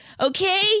Okay